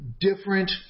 different